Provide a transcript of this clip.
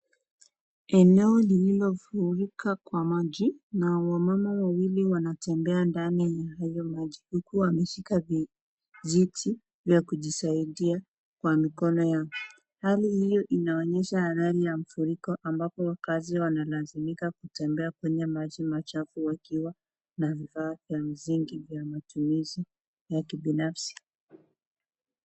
Eneo lililofurika kwa maji na wamama wawili wanatembea ndani ya hayo maji, huku wameshika vijiti vya kujisaidia kwa mikono yao. Hali hiyo inaonyesha athari ya mafuriko, ambapo wakaazi wanalazimika kutembea kwenye maji machafu wakiwa na vifaa vya msingi vya matumizi ya kibinafsi.